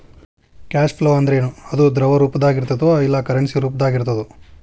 Cash flow ಅಂದ್ರೇನು? ಅದು ದ್ರವ ರೂಪ್ದಾಗಿರ್ತದೊ ಇಲ್ಲಾ ಕರೆನ್ಸಿ ರೂಪ್ದಾಗಿರ್ತದೊ?